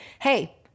Hey